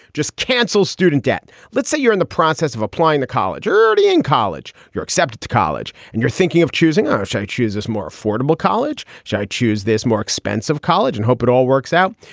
just cancels student debt. let's say you're in the process of applying to college early in college. you're accepted to college and you're thinking of choosing ah which i choose as more affordable college. should i choose this more expensive college and hope it all works out?